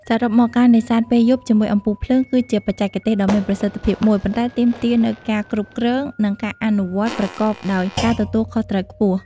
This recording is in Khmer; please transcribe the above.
សរុបមក ការនេសាទពេលយប់ជាមួយអំពូលភ្លើង គឺជាបច្ចេកទេសដ៏មានប្រសិទ្ធភាពមួយ ប៉ុន្តែទាមទារនូវការគ្រប់គ្រង និងការអនុវត្តប្រកបដោយការទទួលខុសត្រូវខ្ពស់។